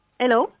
hello